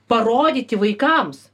parodyti vaikams